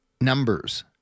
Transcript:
numbers